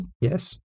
Yes